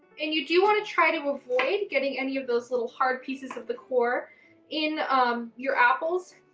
and you do want to try to avoid getting any of those little hard pieces of the core in um your apples.